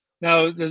Now